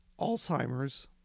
Alzheimer's